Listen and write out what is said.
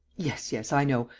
yes. yes. i know.